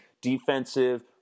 Defensive